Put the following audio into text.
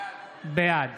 בעד